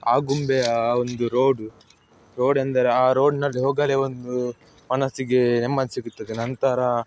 ಆಗುಂಬೆಯ ಒಂದು ರೋಡ್ ರೋಡೆಂದರೆ ಆ ರೋಡ್ನಲ್ಲಿ ಹೋಗಲೇ ಒಂದು ಮನಸ್ಸಿಗೆ ನೆಮ್ಮದಿ ಸಿಗುತ್ತದೆ ನಂತರ